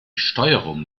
steuerung